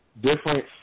different